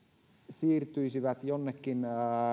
siirtyisivät jonnekin